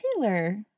Taylor